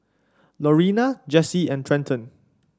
Lorena Jessi and Trenton